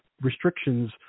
restrictions